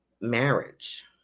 marriage